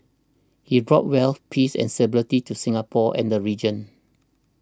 he brought wealth peace and stability to Singapore and the region